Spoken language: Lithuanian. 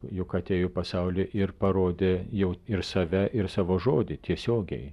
juk atėjo į pasaulį ir parodė jau ir save ir savo žodį tiesiogiai